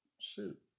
suit